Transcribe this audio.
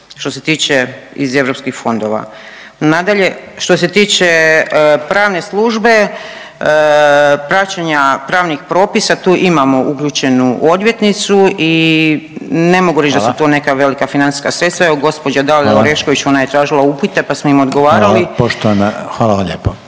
što se tiče iz europskih fondova. Nadalje, što se tiče pravne službe praćenja pravnih propisa tu imamo uključenu odvjetnicu i ne mogu reć…/Upadica Reiner: Hvala/…da su to neka velika financijska sredstva. Evo gđa. Dalija Orešković, ona je tražila upite, pa smo im odgovarali…/Hvala,